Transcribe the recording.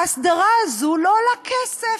ההסדרה הזאת לא עולה כסף,